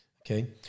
Okay